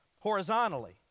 horizontally